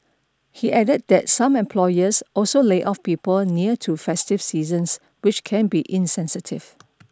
he added that some employers also lay off people near to festive seasons which can be insensitive